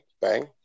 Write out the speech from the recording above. bang